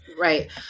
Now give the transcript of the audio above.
right